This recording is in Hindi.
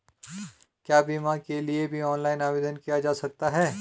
क्या बीमा के लिए भी ऑनलाइन आवेदन किया जा सकता है?